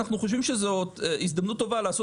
אנחנו חושבים שזו הזדמנות טובה לעשות